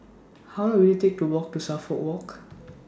How Long Will IT Take to Walk to Suffolk Walk